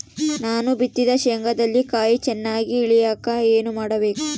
ನಾನು ಬಿತ್ತಿದ ಶೇಂಗಾದಲ್ಲಿ ಕಾಯಿ ಚನ್ನಾಗಿ ಇಳಿಯಕ ಏನು ಮಾಡಬೇಕು?